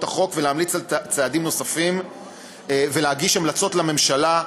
החוק ולהמליץ על צעדים נוספים ולהגיש המלצות לממשלה,